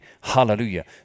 hallelujah